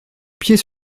pied